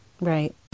Right